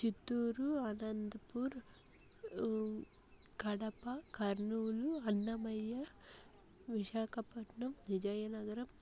Chittoor Anantapur Kadapa Kurnool Annamayya Visakhapatnam Vizianagaram